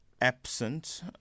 absent